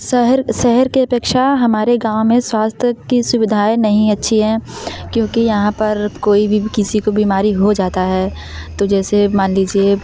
शहर शहर के अपेक्षा हमारे गाँव में स्वास्थय की सुविधाएँ नहीं अच्छी है क्योंकि यहाँ पर कोई भी किसी को बीमारी हो जाता है तो जैसे मान लीजिए